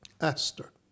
Aster